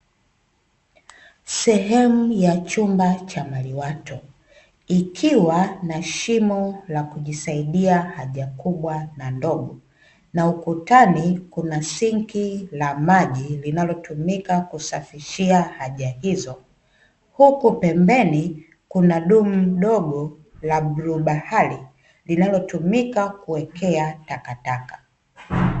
Sehemu ya chumba cha maliwato ikiwa na shimo la kujisaidia haja kubwa na ndogo, na ukutani kuna sinki la maji linalotumika kusafishia haja hizo, huku pembeni kuna dumu dogo la bluu bahari linalotumika kuwekea takataka.